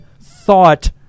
thought